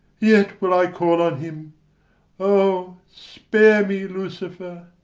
yet will i call on him o, spare me, lucifer